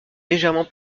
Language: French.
légèrement